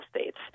states